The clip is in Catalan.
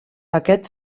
aquest